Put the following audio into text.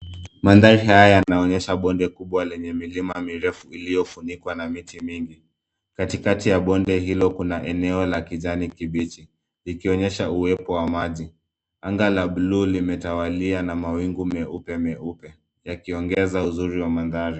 Mandhari haya yanaonesha bonde kubwa lenye milima mirefu iliyofunikwa na miti mingi. Katikati ya bonde hilo kuna eneo la kijani kibichi ikionyesha uwepo wa maji. Anga la buluu limetawalia na mawingu meupe meupe yakiongeza uzuri wa mandhari.